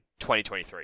2023